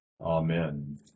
Amen